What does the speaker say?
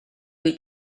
wyt